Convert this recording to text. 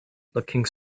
looking